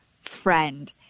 friend